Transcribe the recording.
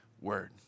word